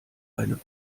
eine